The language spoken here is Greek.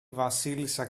βασίλισσα